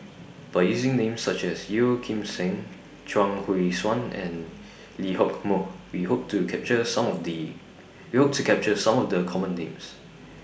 By using Names such as Yeo Kim Seng Chuang Hui Tsuan and Lee Hock Moh We Hope to capture Some of The We Hope to capture Some of The Common Names